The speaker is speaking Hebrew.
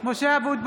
(קוראת בשמות חברי הכנסת) משה אבוטבול,